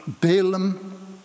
Balaam